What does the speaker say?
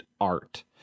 art